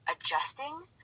adjusting